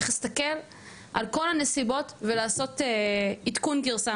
צריך להסתכל על כל הנסיבות ולעשות עדכון גרסה,